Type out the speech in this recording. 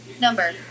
number